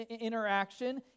interaction